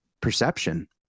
perception